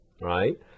right